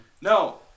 No